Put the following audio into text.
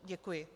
Děkuji.